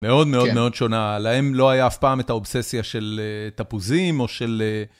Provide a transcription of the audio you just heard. מאוד מאוד מאוד שונה, להם לא היה אף פעם את האובססיה של תפוזים או של...